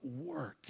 work